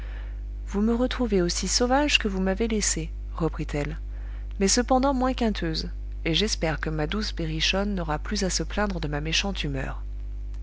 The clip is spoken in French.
vous me retrouvez aussi sauvage que vous m'avez laissée reprit-elle mais cependant moins quinteuse et j'espère que ma douce berrichonne n'aura plus à se plaindre de ma méchante humeur